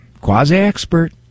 quasi-expert